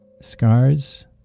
Scars